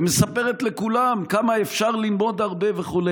ומספרת לכולם כמה אפשר ללמוד הרבה וכו'.